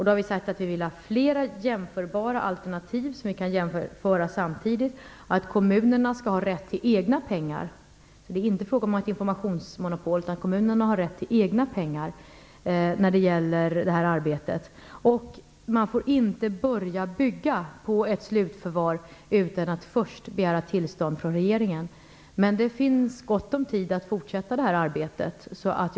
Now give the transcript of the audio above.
Då har vi sagt att vi vill ha flera jämförbara alternativ som kan jämföras samtidigt och att kommunerna skall ha rätt till egna pengar. Det är alltså inte fråga om ett informationsmonopol utan om att kommunerna har rätt till egna pengar när det gäller det här arbetet. Man får inte börja bygga på ett slutförvar utan att först begära tillstånd från regeringen. Men det finns gott om tid att fortsätta det här arbetet.